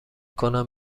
کنم